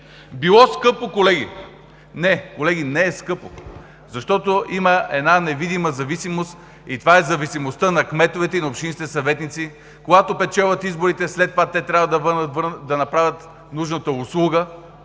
Било скъпо, колеги! Не, колеги, не е скъпо, защото има една невидима зависимост и това е зависимостта на кметовете и на общинските съветници – когато печелят изборите, след това те трябва да направят нужната услуга